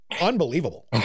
unbelievable